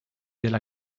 della